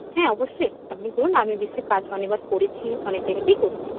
হ্যাঁ অবশ্যই আপনি বলুন আমি এই বিষয়ে কাজ অনেকবার করেছি অনেক জায়গাতেই করেছি